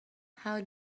how